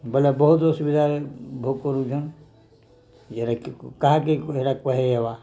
ବୋଇଲେ ବହୁତ ଅସୁବିଧାରେ ଭୋଗ କରୁଛନ୍ ଯେ ଏଟା କାହାକେ ଏଟା କହିହେବା